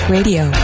Radio